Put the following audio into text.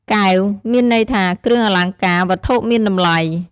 កែវ មានន័យថាគ្រឿងអលង្ការ វត្ថុមានតម្លៃ។